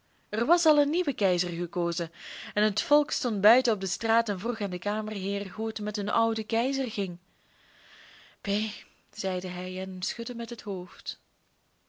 er was al een nieuwe keizer gekozen en het volk stond buiten op de straat en vroeg aan den kamerheer hoe het met hun ouden keizer ging p zeide hij en schudde met het hoofd